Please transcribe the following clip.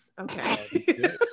Okay